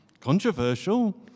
controversial